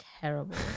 terrible